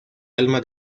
alma